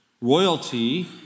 Royalty